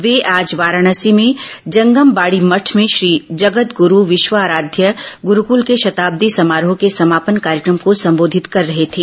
वे आज वाराणसी में जंगम बाड़ी मठ में श्री जगदग्रू विश्वाराध्य गुरूकल के शताब्दी समारोह के समापन कार्यक्रम को संबोधित कर रहे थे